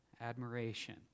Admiration